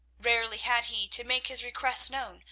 rarely had he to make his requests known,